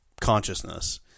consciousness